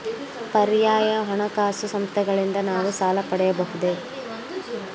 ಪರ್ಯಾಯ ಹಣಕಾಸು ಸಂಸ್ಥೆಗಳಿಂದ ನಾವು ಸಾಲ ಪಡೆಯಬಹುದೇ?